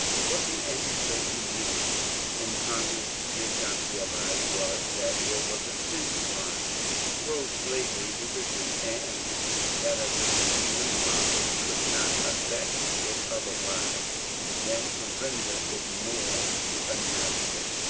what the antislavery men in congress did not realize was that there was a genuine proslavery religion, and that a de feat in congress could not affect it otherwise than to render it more fanatical.